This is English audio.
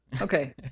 Okay